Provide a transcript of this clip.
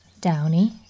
downy